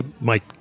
Mike